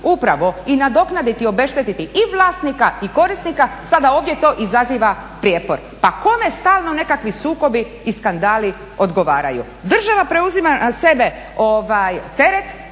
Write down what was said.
ljudima i nadoknaditi i obeštetiti i vlasnika i korisnika sada to ovdje izaziva prijepor. Pa kome stalno nekakvi sukobi i skandali odgovaraju? Država preuzima na sebe teret